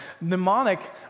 Mnemonic